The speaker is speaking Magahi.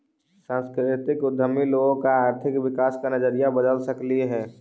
सांस्कृतिक उद्यमी लोगों का आर्थिक विकास का नजरिया बदल सकलई हे